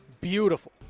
beautiful